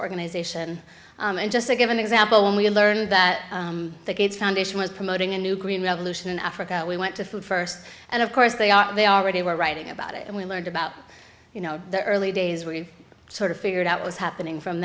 organization and just to give an example when we learned that the gates foundation was promoting a new green revolution in africa we went to food first and of course they are they already were writing about it and we learned about you know the early days where you sort of figured out was happening from